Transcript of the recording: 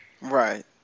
Right